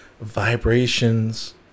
vibrations